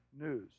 news